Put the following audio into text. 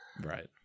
Right